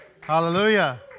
Hallelujah